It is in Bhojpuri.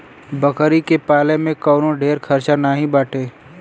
बकरी के पाले में कवनो ढेर खर्चा नाही बाटे